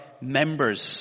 members